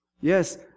Yes